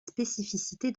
spécificité